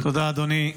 תודה, אדוני.